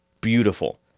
beautiful